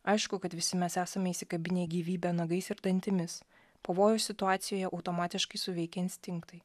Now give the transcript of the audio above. aišku kad visi mes esame įsikabinę į gyvybę nagais ir dantimis pavojaus situacijoje automatiškai suveikia instinktai